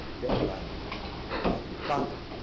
they're join the fascist party.